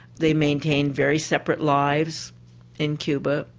they maintained very separate lives in cuba,